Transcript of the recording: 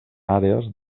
àrees